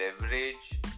leverage